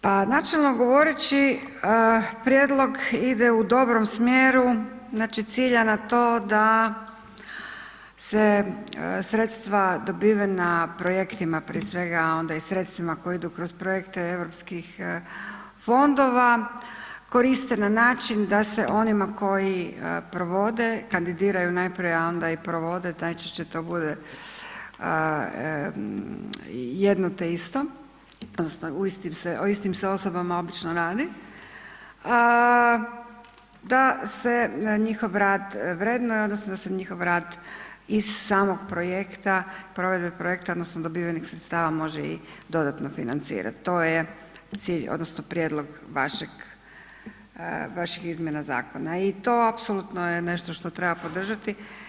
Pa načelno govoreći prijedlog ide u dobrom smjeru, znači cilja na to da se sredstva dobivena projektima prije svega onda i sredstvima koja idu kroz projekte Europskih fondova koriste na način da se onima koji provode, kandidiraju najprije, a onda i provode, najčešće to bude jedno te isto odnosno u istim se, o istim se osobama obično radi, da se na njihov rad vrednuje odnosno da se njihov rad iz samog projekta, provedbe projekta odnosno dobivenih sredstava može i dodatno financirat, to je cilj odnosno prijedlog vašeg, vaših izmjena zakona i to apsolutno je nešto što treba podržati.